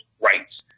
rights